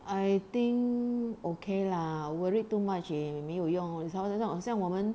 I think okay lah worried too much 也没有用你才会那种好像我们